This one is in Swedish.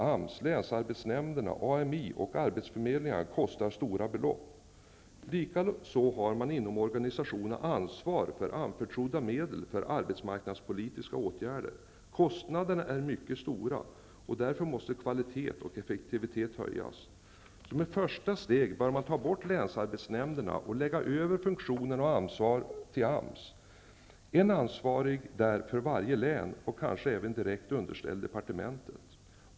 AMI och arbetsförmedlingarna kostar stora belopp. Likaså har man inom organisationerna ansvar för anförtrodda medel för arbetsmarknadspolitiska åtgärder. Kostnaderna är mycket stora, och därför måste kvalitet och effektivitet höjas. Som ett första steg bör man ta bort länsarbetsnämnderna och lägga över funktioner och ansvar till AMS. En ansvarig skall finnas där för varje län, kanske även direkt underställd departementet.